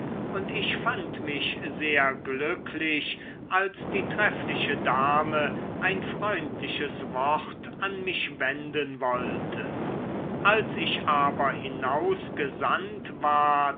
und ich fand mich sehr glücklich als die treffliche dame ein freundliches wort an mich wenden wollte als ich aber hinausgesandt ward